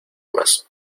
más